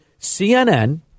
CNN